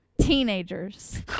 teenagers